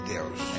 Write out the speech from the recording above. Deus